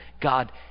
God